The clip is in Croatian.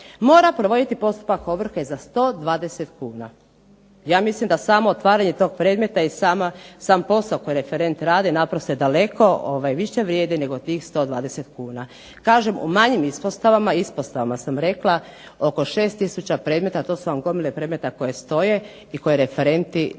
mora provoditi postupak ovrhe za 120 kuna. Ja mislim da samo otvaranje tog predmeta i sam posao koji referent to radi naprosto je daleko više vrijedi nego tih 120 kuna. Kažem, u manjim ispostavama, ispostavama sam rekla, oko 6 tisuća predmeta, a to su vam gomile predmeta koje stoje i koje referenti trebaju